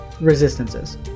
resistances